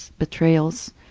betrayals.